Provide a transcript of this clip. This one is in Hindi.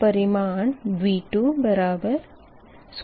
परिमाण V222 होगा